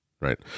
right